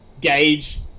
gauge